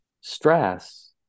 stress